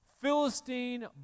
Philistine